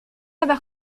avoir